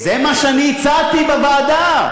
זה מה שהצעתי בוועדה.